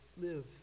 live